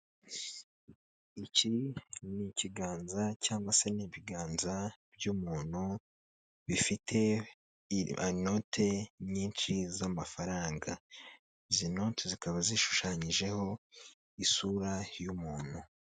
Iki ni ikiganza cyangwa se n'ibiganza by'umuntu bifite inote nyinshi z'amafaranga, izi note zikaba zishushanyijeho isura y'umuntu.